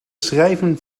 schrijven